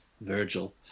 Virgil